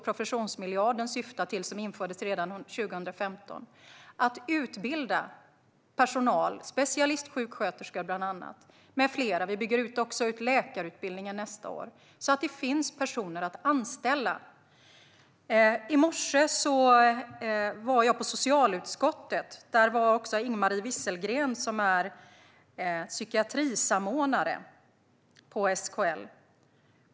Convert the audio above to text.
Professionsmiljarden, som infördes redan 2015, syftar till att utbilda personal, bland annat specialistsjuksköterskor. Läkarutbildningen byggs också ut nästa år. Då kommer det att finnas personer att anställa. I morse besökte jag socialutskottet. Där var också Ing-Marie Wieselgren, psykiatrisamordnare på SKL.